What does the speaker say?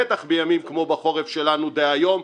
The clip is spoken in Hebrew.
בטח בימים כמו בחורף שלנו דהיום,